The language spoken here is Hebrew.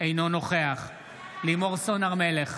אינו נוכח לימור סון הר מלך,